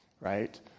right